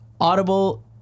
Audible